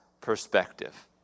perspective